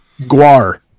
Guar